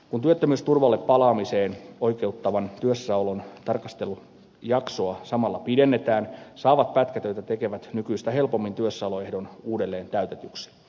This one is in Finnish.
kun työttömyysturvalle palaamiseen oikeuttavan työssäolon tarkastelujaksoa samalla pidennetään saavat pätkätöitä tekevät nykyistä helpommin työssäoloehdon uudelleen täytetyksi